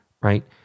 right